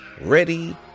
ready